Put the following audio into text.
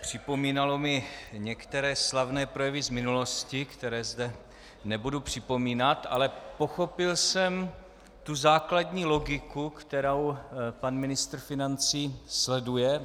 Připomínal mi některé slavné projevy z minulosti, které zde nebudu připomínat, ale pochopil jsem tu základní logiku, kterou pan ministr financí sleduje.